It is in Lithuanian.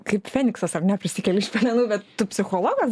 kaip feniksas ar ne prisikeli iš pelenų bet tu psichologas